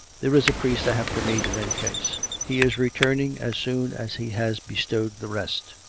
there is a priest i have to meet in any case he is returning as soon as he has bestowed the rest.